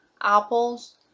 apples